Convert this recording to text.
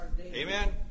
Amen